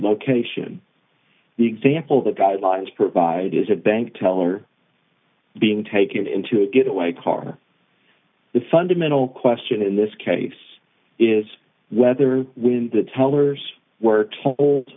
location the example the guidelines provide is a bank teller being taken into a get away car the fundamental question in this case is whether when the tellers were told